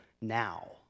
now